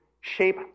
shape